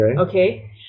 Okay